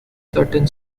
certain